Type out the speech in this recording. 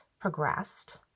progressed